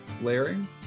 layering